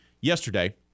yesterday